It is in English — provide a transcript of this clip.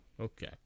okay